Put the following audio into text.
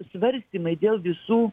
svarstymai dėl visų